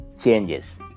changes